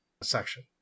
section